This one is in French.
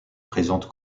présente